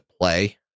play